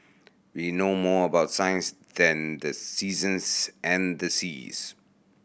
we know more about science than the seasons and the seas